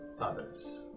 others